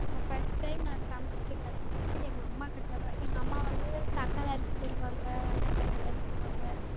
நான் first time நான் சமைக்க கத்துந்து எங்கள் அம்மாக்கிட்ட தான் எங்கள் அம்மா வந்து தக்காளி அறுஞ்சி தருவாங்க வெங்காயம் தக்காளி அறுஞ்சி தருவாங்க